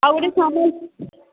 ଆଉ ଗୋଟିଏ ସମ୍ବଲପୁର